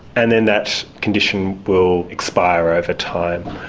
and then that condition will expire over time.